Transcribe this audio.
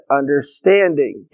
understanding